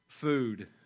Food